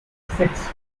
six